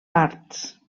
parts